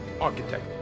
architect